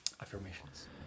affirmations